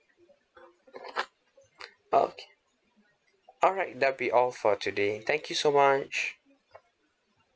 okay alright that'll be all for today thank you so much